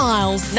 Miles